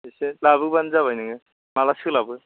खेबसे लाबोबानो जाबाय नोङो माला सोलाबो